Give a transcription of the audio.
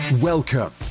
Welcome